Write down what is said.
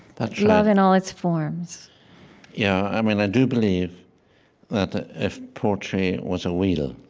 ah love in all its forms yeah. i mean, i do believe that if poetry was a wheel,